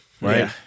right